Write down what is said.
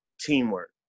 teamwork